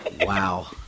wow